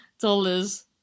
dollars